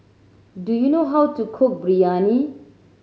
do you know how to cook Biryani